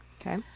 Okay